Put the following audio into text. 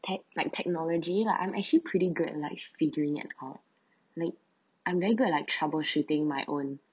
tech like technology lah I'm actually pretty good at like figuring it out like I'm very good at like troubleshooting my own